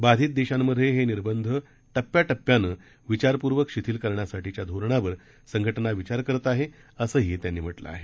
बाधित देशांमध्ये हे निर्बंध टप्प्याटप्प्यानं विचापूर्वक शिथिल करण्यासाठीच्या धोरणावर संघटना विचार करत आहे असंही त्यांनी म्हटलं आहे